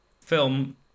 film